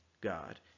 God